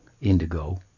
indigo